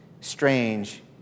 strange